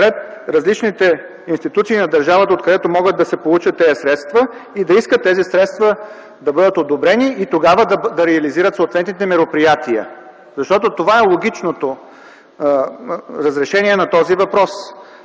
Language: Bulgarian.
пред различните институции на държавата, откъдето могат да се получат тези средства - да искат средствата да бъдат одобрени, и тогава да реализират съответните мероприятия. Защото това е логичното разрешение на този въпрос.